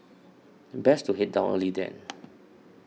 then best to head down early then